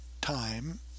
time